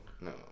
no